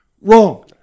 wrong